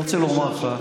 אני רוצה לומר לך,